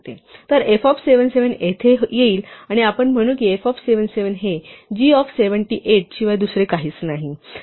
तर f of 77 येथे येईल आणि आपण म्हणू की f ऑफ 77 हे g ऑफ 78 शिवाय दुसरे काहीच नाही